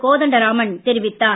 கோதண்டராமன் தெரிவித்தார்